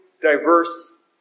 diverse